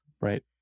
Right